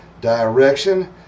direction